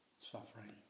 suffering